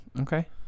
Okay